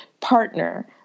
partner